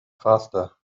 faster